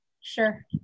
Sure